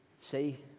See